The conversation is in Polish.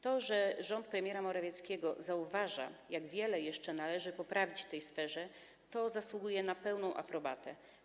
To, że rząd premiera Morawieckiego zauważa, jak wiele jeszcze należy poprawić w tej sferze, zasługuje na pełną aprobatę.